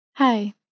Hi